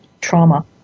trauma